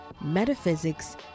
metaphysics